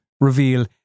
reveal